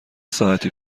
ساعتی